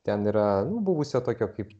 ten yra nu buvusio tokio kaip